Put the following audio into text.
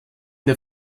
der